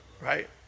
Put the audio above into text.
right